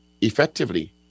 effectively